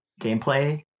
gameplay